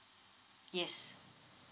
yes